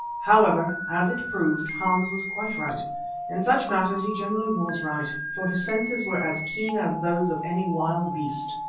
however, as it proved, hans was quite right in such matters he generally was right, for his senses were as keen as those of any wild beast.